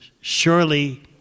surely